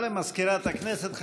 התש"ף 2019,